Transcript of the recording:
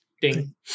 Ding